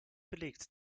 belegt